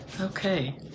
Okay